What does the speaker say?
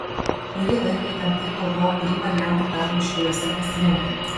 kurį laiką įtemptai galvojau kurį variantą darbui šiauliuose pasirinkti